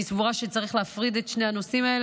אני סבורה שצריך להפריד את שני הנושאים האלה,